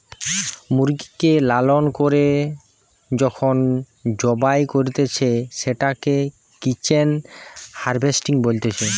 মুরগিকে লালন করে যখন জবাই করতিছে, সেটোকে চিকেন হার্ভেস্টিং বলতিছে